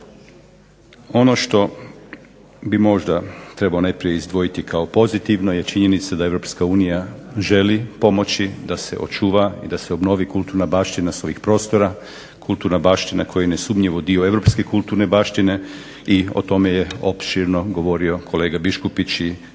Ono što bi možda trebao izdvojiti kao pozitivno je činjenica da EU želi pomoći da se očuva i da obnovi kulturna baština s ovih prostora, kulturna baština koja je nesumnjivo dio europske kulturne baštine i o tome je opširno govorio i kolega Biškupić i tu